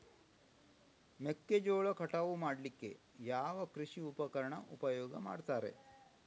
ಮೆಕ್ಕೆಜೋಳ ಕಟಾವು ಮಾಡ್ಲಿಕ್ಕೆ ಯಾವ ಕೃಷಿ ಉಪಕರಣ ಉಪಯೋಗ ಮಾಡ್ತಾರೆ?